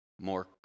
more